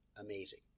amazing